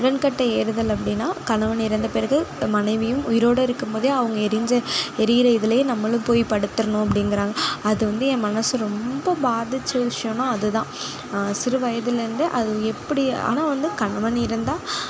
உடன்கட்டை ஏறுதல் அப்படினா கணவன் இறந்த பிறகு மனைவியும் உயிரோடு இருக்கும் போது அவங்க எரிஞ்ச ஏரியிற இதுலய நம்மளும் போய் படுத்தறணும் அப்படிங்குறாங்க அது வந்து என் மனதை ரொம்ப பாதித்த விஷயம்னா அது தான் சிறு வயதிலேருந்து அது எப்படி ஆனால் வந்து கணவன் இறந்தா